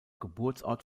geburtsort